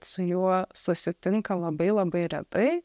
su juo susitinka labai labai retai